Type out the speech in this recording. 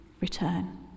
return